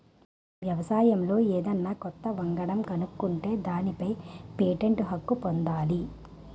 వ్యవసాయంలో ఏదన్నా కొత్త వంగడం కనుక్కుంటే దానిపై పేటెంట్ హక్కు పొందాలి